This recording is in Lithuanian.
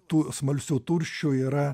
tų smalsių turšių yra